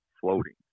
floating